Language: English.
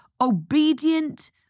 obedient